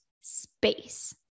space